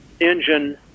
engine